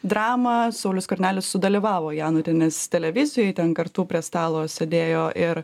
dramą saulius skvernelis sudalyvavo janutienės televizijoj ten kartu prie stalo sėdėjo ir